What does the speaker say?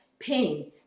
Pain